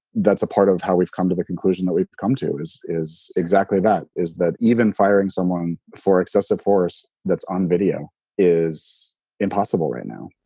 that's a part of how we've come to the conclusion that we've come to this is exactly that. is that even firing someone for excessive force that's on video is impossible right now